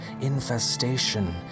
infestation